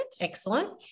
Excellent